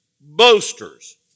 boasters